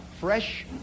fresh